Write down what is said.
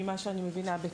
ממה שאני מבינה,